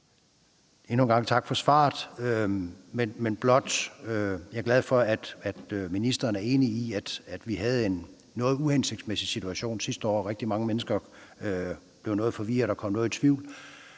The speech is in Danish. Endnu en gang tak for svaret. Jeg er glad for, at ministeren er enig i, at vi havde en noget uhensigtsmæssig situation sidste år, hvor rigtig mange mennesker blev forvirrede og kom noget i tvivl.